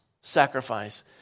sacrifice